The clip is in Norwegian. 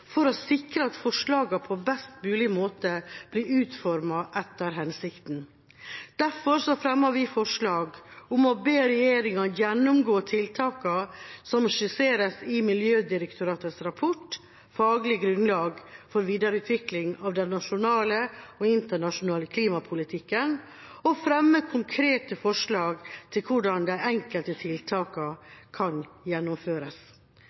for å sikre at forslagene på best mulig måte blir utformet etter hensikten. Derfor fremmer vi forslag om å be regjeringa «gjennomgå tiltakene som skisseres i Miljødirektoratets rapport «Faglig grunnlag for videreutvikling av den nasjonale og internasjonale klimapolitikken», og fremme konkrete forslag til hvordan de enkelte tiltakene kan gjennomføres.»